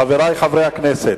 חברי חברי הכנסת,